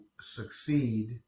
succeed